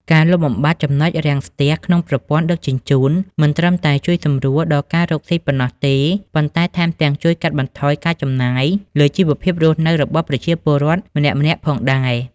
ការលុបបំបាត់ ចំណុចរាំងស្ទះ ក្នុងប្រព័ន្ធដឹកជញ្ជូន មិនត្រឹមតែជួយសម្រួលដល់ការរកស៊ីប៉ុណ្ណោះទេ ប៉ុន្តែថែមទាំងជួយកាត់បន្ថយការចំណាយលើជីវភាពរស់នៅរបស់ប្រជាពលរដ្ឋម្នាក់ៗផងដែរ។